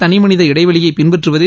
தனிமனித இடைவெளியை பின்பற்றுவது